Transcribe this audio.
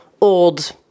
old